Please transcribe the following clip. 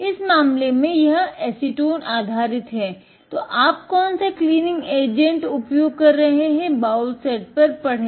इस मामले में यह एसीटोन आधारित है तो आप कौन सा क्लीनिंग एजेंट उपयोग कर रहे हैं बाउल सेट पर पढ़े